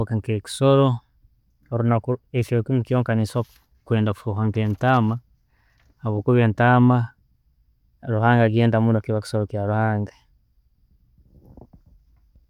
Nke kisoro, orunaku kirokinu kyonka nekyenda kufooka nke ntaama, habwokuba entaama ruhanga agyenda muno, kiba kisoro kyaruhanga.